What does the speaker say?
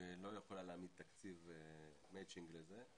ולא יכולה להעמיד תקציב מצ'ינג לזה,